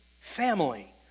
family